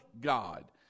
God